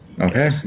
Okay